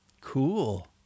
Cool